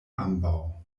ambaŭ